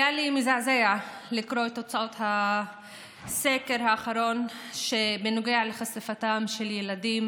היה לי מזעזע לקרוא את תוצאות הסקר האחרון בנוגע לחשיפתם של ילדים